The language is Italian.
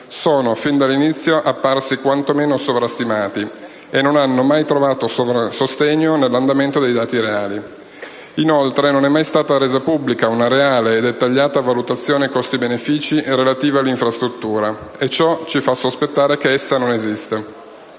sono fin dall'inizio apparsi quanto meno sovrastimati e non hanno mai trovato sostegno nell'andamento dei dati reali. Inoltre, non è mai stata resa pubblica una reale e dettagliata valutazione costi‑benefìci relativa all'infrastruttura, e ciò ci fa sospettare che essa non esista.